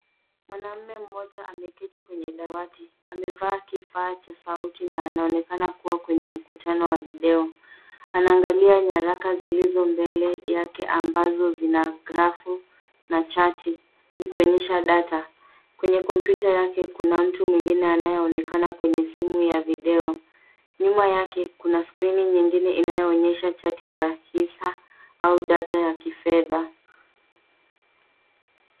Mwanamme mmoja ameketi kwenye dawati. Amevaa kifaa cha sauti na anaonekana kuwa kwenye mkutano wa video. Anaangalia nyaraka zilizo mbele yake ambazo zina grafu na chati zikionyesha data. Kwenye kompyuta yake kuna mtu mwingine anayeonekana kwenye simu ya video. Nyuma yake kuna skrini nyingine inayoonyesha chati za hisa au data ya kifedha.